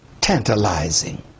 tantalizing